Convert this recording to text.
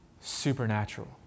supernatural